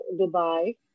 Dubai